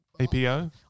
APO